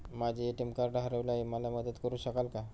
माझे ATM card हरवले आहे, मला मदत करु शकाल का?